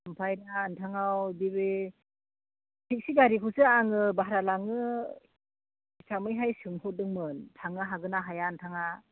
ओमफ्राय दा नोंथांनाव नैबे टेक्सि गारिखौसो आङो भारा लानो हिसाबैहाय सोंहरदोंमोन थांनो हागोन ना हाया नोंथाङा